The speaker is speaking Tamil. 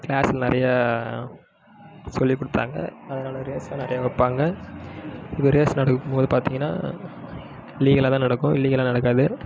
கிளாஸில் நிறையா சொல்லிக் கொடுத்தாங்க அதனால் ரேஸ்லாம் நிறைய வைப்பாங்க இப்போ ரேஸ் நடக்கும் போது பார்த்தீங்கன்னா லீகலாக தான் நடக்கும் இல்லீகலாக நடக்காது